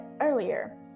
earlier